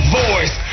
voice